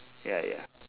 ya ya